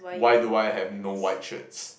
why do I have no white shirts